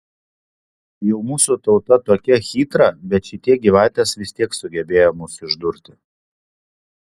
jau mūsų tauta tokia chytra bet šitie gyvatės vis tiek sugebėjo mus išdurti